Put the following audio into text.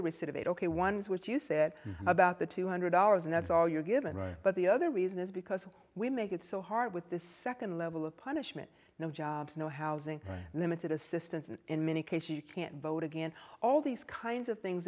were sort of a ok ones which you said about the two hundred dollars and that's all you're given right but the other reason is because we make it so hard with the second level of punishment no jobs no housing limited assistance and in many cases you can't vote against all these kinds of things